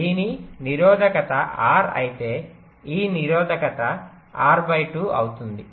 దీని నిరోధకత R అయితే ఈ నిరోధకత R2 అవుతుంది